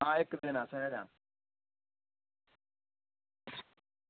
आं इक्क दिन आस्तै जाना